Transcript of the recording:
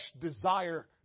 desire